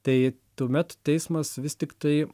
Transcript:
tai tuomet teismas vis tiktai